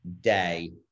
day